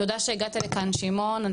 תודה שהגת לכאן שמעון,